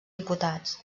diputats